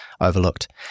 overlooked